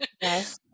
Yes